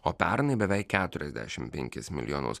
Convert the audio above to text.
o pernai beveik keturiasdešimt penkis milijonus